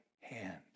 hand